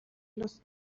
los